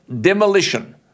demolition